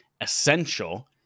Essential